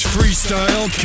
Freestyle